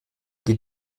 die